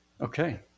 Okay